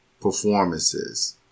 performances